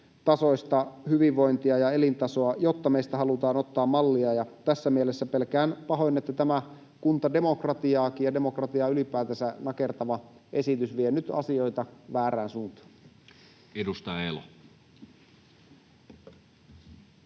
korkeatasoista hyvinvointia ja elintasoa, jotta meistä halutaan ottaa mallia, ja tässä mielessä pelkään pahoin, että tämä kuntademokratiaakin ja demokratiaa ylipäätänsä nakertava esitys vie nyt asioita väärään suuntaan. Edustaja Elo.